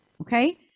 Okay